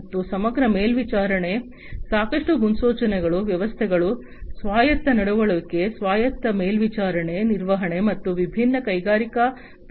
ಮತ್ತು ಸಮಗ್ರ ಮೇಲ್ವಿಚಾರಣೆ ಸಾಕಷ್ಟು ಮುನ್ಸೂಚನೆಗಳು ವ್ಯವಸ್ಥೆಗಳ ಸ್ವಾಯತ್ತ ನಡವಳಿಕೆ ಸ್ವಾಯತ್ತ ಮೇಲ್ವಿಚಾರಣೆ ನಿರ್ವಹಣೆ ಈ ವಿಭಿನ್ನ ಕೈಗಾರಿಕಾ ಪ್ರಕ್ರಿಯೆಗಳ ಒಟ್ಟಿಗೆ ಮುನ್ಸೂಚನೆ